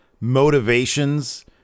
motivations